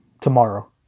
tomorrow